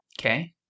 Okay